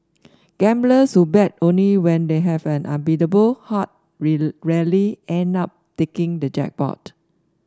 gamblers who bet only when they have an unbeatable hand rarely end up taking the jackpot